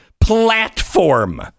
platform